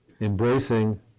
embracing